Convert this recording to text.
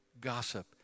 gossip